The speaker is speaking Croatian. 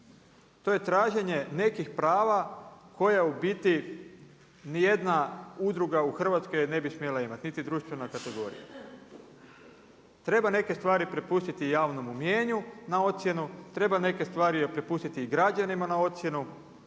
To je traženje nekih prava koje u biti ni jedna udruga u Hrvatskoj ne bi smjela imati, niti društvena kategorija. Treba neke stvari prepustiti javnome mjenju na ocjenu, treba neke stvari prepustiti i građanima na ocjenu